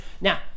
Now